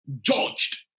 Judged